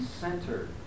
centered